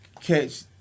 catch